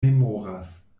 memoras